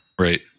Right